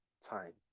time